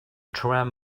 tram